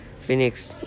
Phoenix